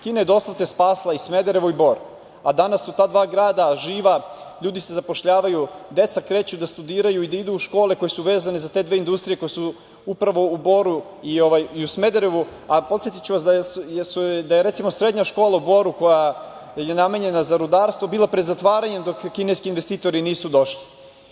Kina je doslovce spasila i Smederevo i Bor, a danas su ta dva grada živa, ljudi se zapošljavaju, deca kreću da studiraju i da idu u škole koje su vezane za te dve industrije koje su upravo u Boru i u Smederevu, a podsetiću vas da je recimo srednja škola u Boru, koja je namenjena za rudarstvo, bila pred zatvaranjem dok kineski investitori nisu došli.